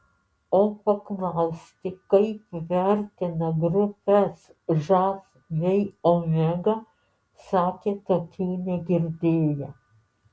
o paklausti kaip vertina grupes žas bei omega sakė tokių negirdėję